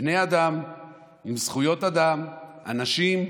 בני אדם עם זכויות אדם, אנשים,